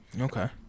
Okay